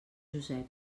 josep